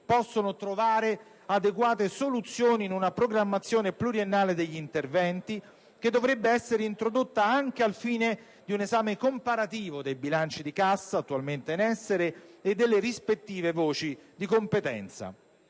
possono trovare adeguate soluzioni in una programmazione pluriennale degli interventi, che dovrebbe essere introdotta anche al fine di un esame comparativo dei bilanci di cassa, attualmente in essere, e delle rispettive voci di competenza.